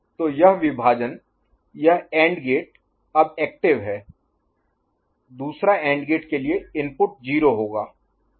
तो यह विभाजन यह एंड गेट अब एक्टिव Active सक्रिय है दूसरा एंड गेट के लिए इनपुट 0 होगा